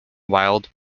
wild